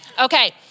Okay